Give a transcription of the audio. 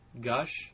Gush